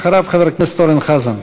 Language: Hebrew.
אחריו, חבר הכנסת אורן חזן.